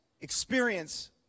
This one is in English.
experience